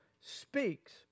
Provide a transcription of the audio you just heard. speaks